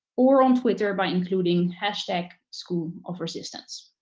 or on twitter by including hashtag schoolofresistance.